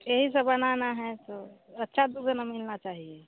यही स बनाना है तो अच्छा दूध न मिलना चाहिए